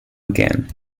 again